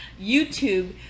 YouTube